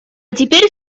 теперь